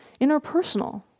interpersonal